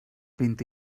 vint